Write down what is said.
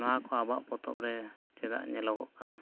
ᱱᱚᱣᱟ ᱠᱚ ᱟᱵᱚᱣᱟᱜ ᱯᱚᱛᱚᱵᱽᱨᱮ ᱪᱮᱫᱟᱜ ᱧᱮᱞᱚᱜᱚᱜ ᱠᱟᱱᱟ